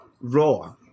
Raw